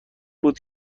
بود